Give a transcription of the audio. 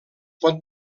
pot